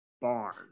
barn